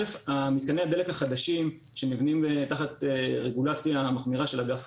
מתקני הדלק החדשים שנבנים תחת רגולציה מחמירה של אגף